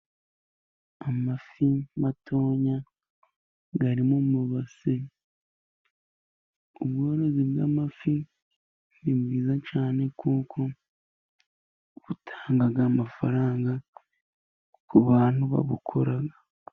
Amafi matoya ari mu mabase, ubworozi bw'amafi ni bwiza cyane kuko butanga amafaranga ku bantu babukora.